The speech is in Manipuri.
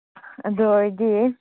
ꯑꯗꯨ ꯑꯣꯏꯔꯗꯤ